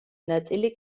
ნაწილი